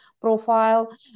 profile